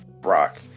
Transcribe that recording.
rock